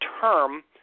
term